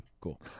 Cool